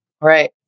Right